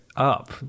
up